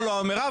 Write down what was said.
מירב,